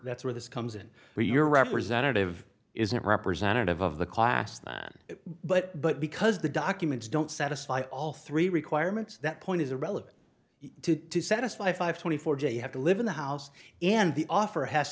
that's where this comes in where your representative isn't representative of the class then but but because the documents don't satisfy all three requirements that point is a relevant to satisfy five twenty four j have to live in the house and the offer has